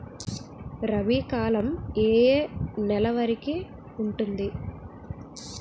రబీ కాలం ఏ ఏ నెల వరికి ఉంటుంది?